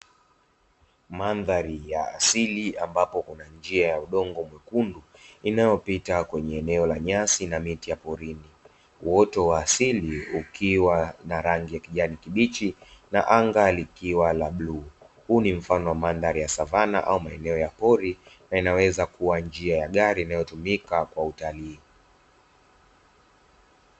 Mandhari ya asili ambapo kuna njia ya udongo mwekundu inayopita kwenye eneo la nyasi na miti ya porini, uoto wa asili ukiwa na rangi ya kijani kibichi na anga likiwa la bluu. Huu ni mfano wa mandhari ya savana au maeneo ya pori na inaweza kuwa njia ya gari inayotumika kwa utalii.